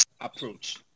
approach